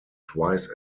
twice